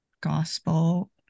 gospel